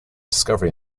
discovery